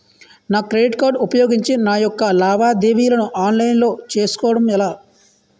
నా credit card ఉపయోగించి నా యెక్క లావాదేవీలను ఆన్లైన్ లో చేసుకోవడం ఎలా?